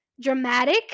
dramatic